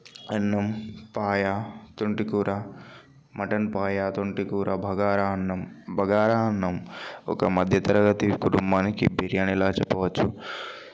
అన్నం పాయా తొంటికూర మటన్ పాయా తొంటికూర భగారా అన్నం బగారా అన్నం ఒక మధ్య తరగతి కుటుంబానికి బిర్యానీలా చెప్పవచ్చు